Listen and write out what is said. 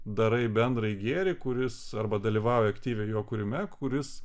darai bendrąjį gėrį kuris arba dalyvauji aktyviai jo kūrime kuris